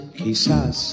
quizás